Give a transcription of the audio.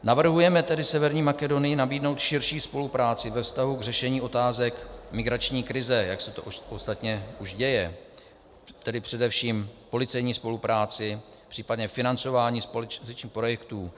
Navrhujeme tedy Severní Makedonii nabídnout širší spolupráci ve vztahu k řešení otázek migrační krize, jak se to ostatně už děje, tedy především policejní spolupráci, případně financování společných projektů.